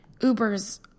Uber's